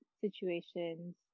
situations